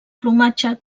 plomatge